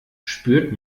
spürt